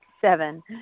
Seven